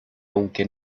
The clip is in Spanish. aunque